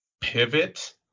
pivot